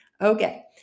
Okay